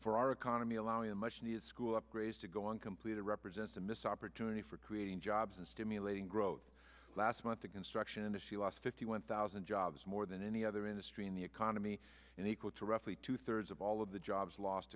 for our economy allowing a much needed school upgrade to go on completed represents a miss opportunity for creating jobs and stimulating growth last month the construction industry lost fifty one thousand jobs more than any other industry in the economy and equal to roughly two thirds of all of the jobs lost